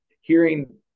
hearing